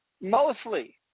Mostly